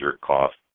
cost